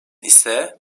ise